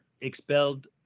expelled